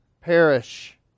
perish